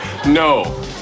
no